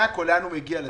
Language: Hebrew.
לאן הוא מגיע?